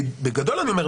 בגדול אני אומר,